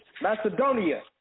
Macedonia